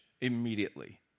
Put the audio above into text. immediately